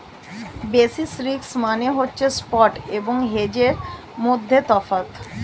basis risk মানে হচ্ছে spot এবং হেজের মধ্যে তফাৎ